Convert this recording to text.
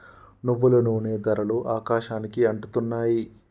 నువ్వుల నూనె ధరలు ఆకాశానికి అంటుతున్నాయి